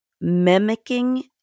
mimicking